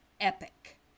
epic